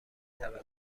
توجه